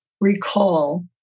recall